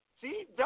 See